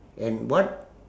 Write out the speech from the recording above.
and what